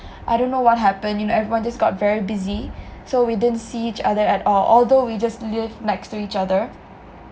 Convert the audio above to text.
I don't know what happened you know everybody's just got very busy so we didn't see each other at all although we just live next to each other